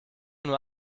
nur